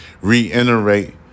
reiterate